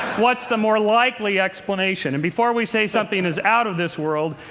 what's the more likely explanation? and before we say something is out of this world,